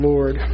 Lord